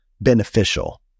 beneficial